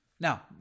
Now